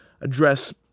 address –